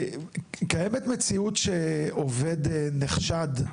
קיימת מציאות שעובד נחשד,